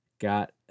got